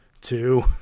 two